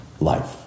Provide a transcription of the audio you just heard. life